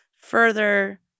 Further